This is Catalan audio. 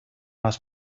les